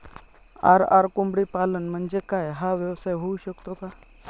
RR कोंबडीपालन म्हणजे काय? हा व्यवसाय होऊ शकतो का?